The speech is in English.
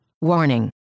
Warning